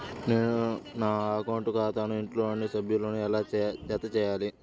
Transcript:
నేను నా అకౌంట్ ఖాతాకు ఇంట్లోని సభ్యులను ఎలా జతచేయాలి?